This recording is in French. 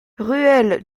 ruelle